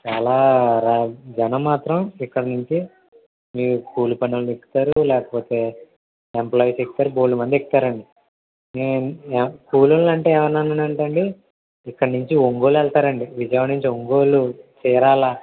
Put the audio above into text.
చాలా జనం మాత్రం ఇక్కడి నుంచి ఈ కూలీ పనోళ్ళు ఎక్కుతారు లేదంటే ఎంప్లాయీస్ ఎక్కుతారు బోలేడు మంది ఎక్కుతారు అండి కూలోళ్ళు అంటే ఎవర్ని అన్నానంటే అండి ఇక్కడి నుంచి ఒంగోలు వెళ్తారండీ విజయవాడ నుంచి ఒంగోలు చీరాల